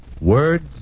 Words